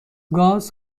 گاز